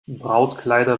brautkleider